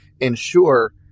ensure